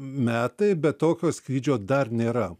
metai be tokio skrydžio dar nėra